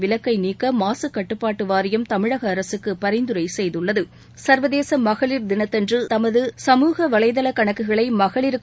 விலக்கை நீக்க மாசுக்கட்டுப்பாட்டு வாரியம் தமிழக அரசுக்கு பரிந்துரை செய்துள்ளது சர்வதேச மகளிர் தினத்தன்று தமது சமூக வலைதள கணக்குகளை மகளிருக்கு